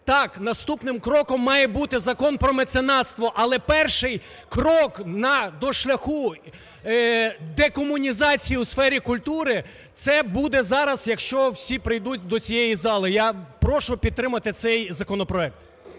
Так, наступним кроком має бути Закон про меценацтво. Але перший крок на… до шляху декомунізації у сфері культури це буде зараз, якщо всі прийдуть до цієї зали. Я прошу підтримати цей законопроект.